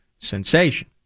sensation